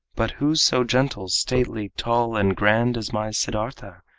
but who so gentle, stately, tall and grand as my siddartha?